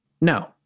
No